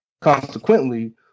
Consequently